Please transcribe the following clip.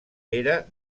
era